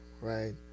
right